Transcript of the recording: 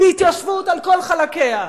בהתיישבות על כל חלקיה,